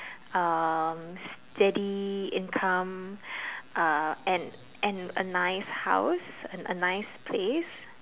um steady income uh and and a nice house a nice place